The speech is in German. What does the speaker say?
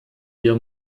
wir